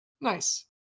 Nice